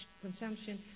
consumption